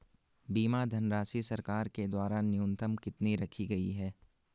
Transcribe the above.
बीमा धनराशि सरकार के द्वारा न्यूनतम कितनी रखी गई है?